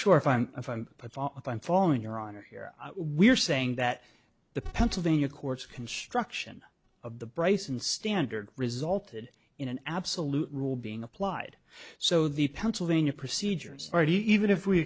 sure if i'm a fan but what i'm following your honor here we're saying that the pennsylvania courts construction of the bryson standard resulted in an absolute rule being applied so the pennsylvania procedures right even if we